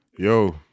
yo